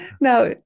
now